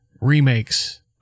remakes